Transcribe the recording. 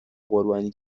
قربانی